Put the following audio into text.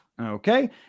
Okay